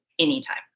Anytime